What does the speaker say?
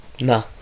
no